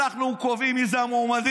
אנחנו קובעים מי זה המועמדים,